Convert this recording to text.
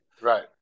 Right